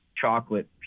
chocolate